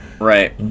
Right